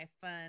fun